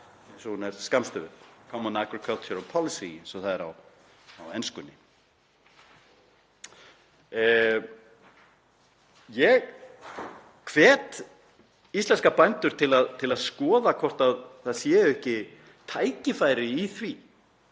eins og hún er skammstöfuð, Common Agricultural Policy, eins og það er á enskunni. Ég hvet íslenska bændur til að skoða hvort það séu ekki tækifæri í